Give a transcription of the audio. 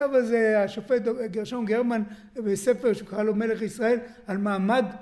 עכשיו אז השופט גרשם גרמן בספר שקרא לו מלך ישראל על מעמד